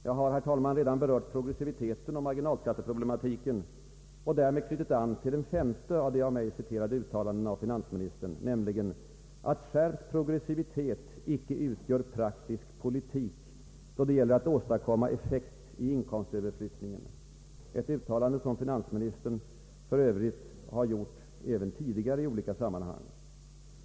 Jag har, herr talman, redan berört progressiviteten och marginalskatteproblematiken och därmed knutit an till det femte av de av mig citerade uttalandena av finansministern, nämligen att ”skärpt progressivitet icke utgör praktisk politik”, då det gäller att åstadkomma effekt i inkomstöverflyttningen, ett uttalande som finansministern för övrigt har gjort tidigare i olika sammanhang.